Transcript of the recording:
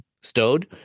stowed